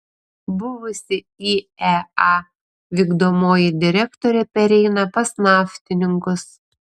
buvusi iea vykdomoji direktorė pereina pas naftininkus